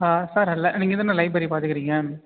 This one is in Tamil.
ஆ சார் நீங்க தான லைப்ரரி பார்த்துக்குறீங்க